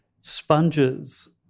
sponges